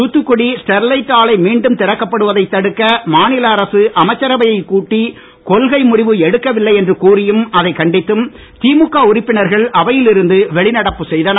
Thoothukudi Sterlite ஆலை மீண்டும் திறக்கப்படுவதை தடுக்க மாநில அரசு அமைச்சரவையைக் கூட்டி கொள்கை முடிவு எடுக்கவில்லை என்று கூறியும் அதைக் கண்டித்தும் திமுக உறுப்பினர்கள் அவையில் இருந்து வெளிநடப்பு செய்தனர்